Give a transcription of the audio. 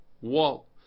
wall